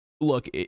look